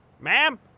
Ma'am